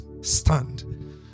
stand